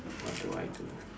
what do I do